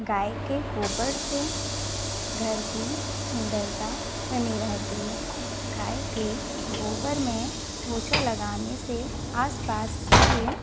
गाय के गोबर से घर की सुन्दरता बनी रहती है गाय के गोबर में पोछा लगाने से आसपास के